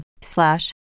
slash